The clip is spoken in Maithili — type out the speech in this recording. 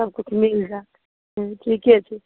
सबकिछु मिल जाएत हूँ ठीके छै